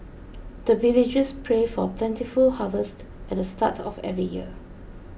the villagers pray for plentiful harvest at the start of every year